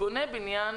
בונה בניין